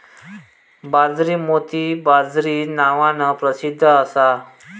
बाजरी मोती बाजरी नावान प्रसिध्द असा